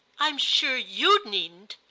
i'm sure you needn't!